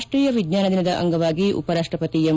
ರಾಷ್ಟೀಯ ವಿಜ್ಞಾನ ದಿನದ ಅಂಗವಾಗಿ ಉಪರಾಷ್ಟಪತಿ ಎಂ